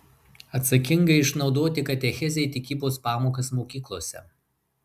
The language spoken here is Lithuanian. atsakingai išnaudoti katechezei tikybos pamokas mokyklose